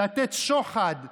לתת שוחד,